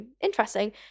interesting